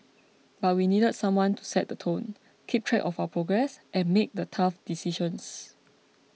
but we needed someone to set the tone keep track of our progress and make the tough decisions